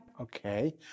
Okay